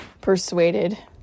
persuaded